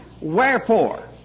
Wherefore